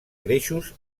greixos